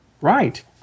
Right